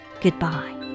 goodbye